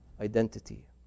identity